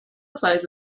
size